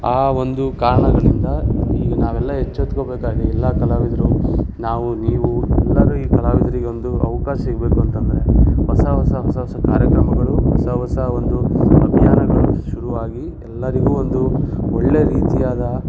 ಆ ಒಂದು ಕಾರಣಗಳಿಂದ ಈಗ ನಾವೆಲ್ಲ ಎಚ್ಚೆತ್ಕೋಬೇಕಾಗಿದೆ ಎಲ್ಲ ಕಲಾವಿದರು ನಾವು ನೀವು ಎಲ್ಲರೂ ಈ ಕಲಾವಿದರಿಗೊಂದು ಅವ್ಕಾಶ ಸಿಗಬೇಕು ಅಂತಂದರೆ ಹೊಸ ಹೊಸ ಹೊಸ ಹೊಸ ಕಾರ್ಯಕ್ರಮಗಳು ಹೊಸ ಹೊಸ ಒಂದು ಅಭಿಯಾನಗಳು ಶುರುವಾಗಿ ಎಲ್ಲರಿಗೂ ಒಂದು ಒಳ್ಳೆಯ ರೀತಿಯಾದ